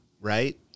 right